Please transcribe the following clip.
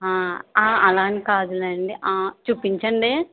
అలాని కాదులేండి చూపించండీ